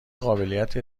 قابلیت